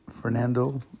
Fernando